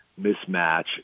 mismatch